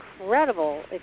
incredible